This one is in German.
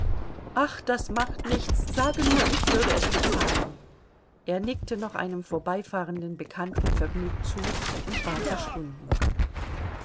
ach das macht nichts sage nur ich würde es bezahlen er nickte noch einem vorbeifahrenden bekannten vergnügt zu und war verschwunden